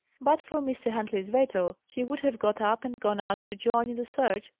but for mr. huntley's veto, he would have got up and gone out to join in the search,